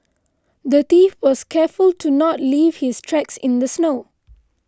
the thief was careful to not leave his tracks in the snow